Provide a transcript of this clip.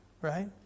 right